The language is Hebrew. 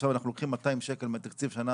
עכשיו אנחנו לוקחים 200 שקל מתקציב שנה